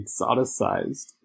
exoticized